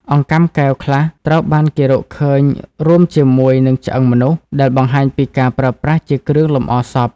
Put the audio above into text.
អង្កាំកែវខ្លះត្រូវបានគេរកឃើញរួមជាមួយនឹងឆ្អឹងមនុស្ស ដែលបង្ហាញពីការប្រើប្រាស់ជាគ្រឿងលម្អសព។